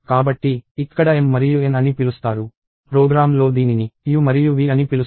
కాబట్టి ఇక్కడ m మరియు n అని పిలుస్తారు ప్రోగ్రామ్లో దీనిని u మరియు v అని పిలుస్తారు